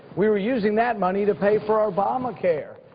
we were using that money to pay for obamacare.